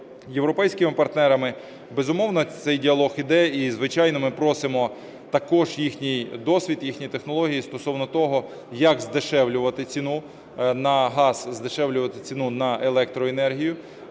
європейськими партнерами. Безумовно, цей діалог іде, і, звичайно, ми просимо також їхній досвід, їхні технології стосовно того, як здешевлювати ціну на газ, здешевлювати ціну на електроенергію,